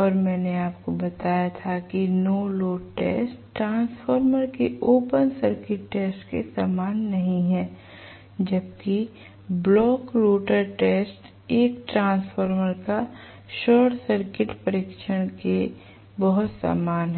और मैंने आपको बताया था कि नो लोड टेस्ट ट्रांसफॉर्मर के ओपन सर्किट टेस्ट के समान नहीं है जबकि ब्लॉक रोटर टेस्ट एक ट्रांसफार्मर का शॉर्ट सर्किट परीक्षण के बहुत समान है